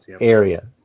area